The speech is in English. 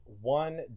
one